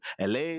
la